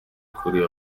kuri